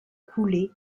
coulé